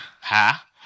Ha